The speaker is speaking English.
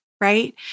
right